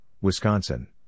Wisconsin